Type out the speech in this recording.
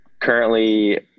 currently